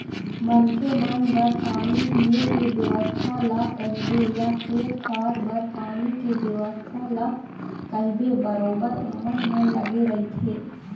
मनखे मन बर पानी पीए के बेवस्था ल कहिबे या खेत खार बर पानी के बेवस्था ल कहिबे बरोबर ओमन ह लगे रहिथे